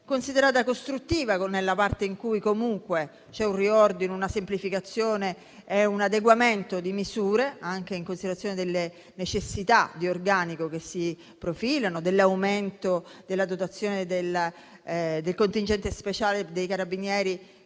considerato costruttiva nella parte in cui, comunque, c'è un riordino, una semplificazione e un adeguamento di misure, anche in considerazione delle necessità di organico che si profilano, dell'aumento della dotazione del contingente speciale dei carabinieri